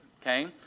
okay